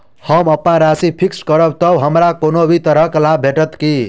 हम अप्पन राशि फिक्स्ड करब तऽ हमरा कोनो भी तरहक लाभ भेटत की?